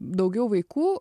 daugiau vaikų